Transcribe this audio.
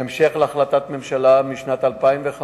בהמשך להחלטת ממשלה משנת 2005,